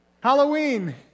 Halloween